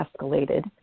escalated